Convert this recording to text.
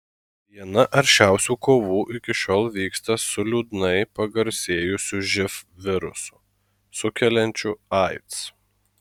viena aršiausių kovų iki šiol vyksta su liūdnai pagarsėjusiu živ virusu sukeliančiu aids